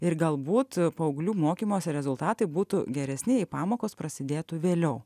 ir galbūt paauglių mokymosi rezultatai būtų geresni jei pamokos prasidėtų vėliau